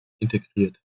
integriert